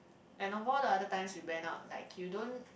and above the other times you went out like you don't